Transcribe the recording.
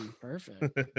Perfect